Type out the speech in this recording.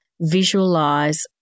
visualize